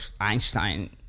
Einstein